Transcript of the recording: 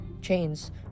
chains